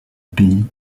pays